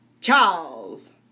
Charles